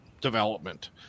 development